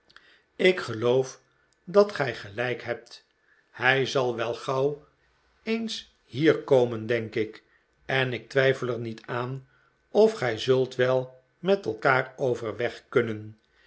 ik geloof dat gij gelijk hebt hij zal wel gauw eens hier komen denk ik en ik twijfel er niet aan of gij zult wel met elkaar overweg kunnen